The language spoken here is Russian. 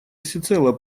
всецело